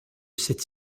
cette